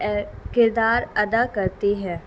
کردار ادا کرتی ہے